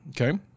Okay